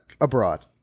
abroad